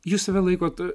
jūs save laikot